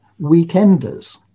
weekenders